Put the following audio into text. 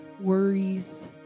worries